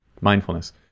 mindfulness